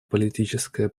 политическая